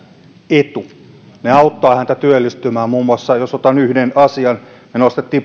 etu ne auttavat häntä työllistymään jos otan yhden asian me muun muassa nostimme